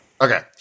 Okay